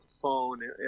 phone